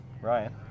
Ryan